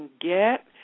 get